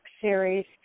series